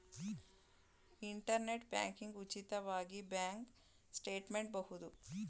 internet banking ಉಚಿತವಾಗಿ bank statement ಬಹುದು